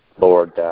Lord